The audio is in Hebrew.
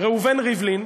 ראובן ריבלין,